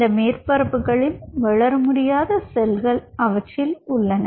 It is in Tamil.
இந்த மேற்பரப்புகளில் வளர முடியாத செல்கள் அவற்றில் உள்ளன